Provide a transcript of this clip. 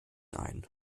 ein